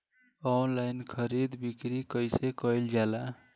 Online खरीद बिक्री कइसे कइल जाला?